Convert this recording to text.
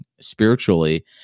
spiritually